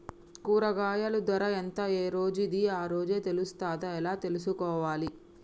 కూరగాయలు ధర ఎంత ఏ రోజుది ఆ రోజే తెలుస్తదా ఎలా తెలుసుకోవాలి?